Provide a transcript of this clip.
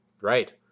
Right